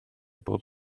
bob